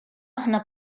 aħna